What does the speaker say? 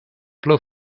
plu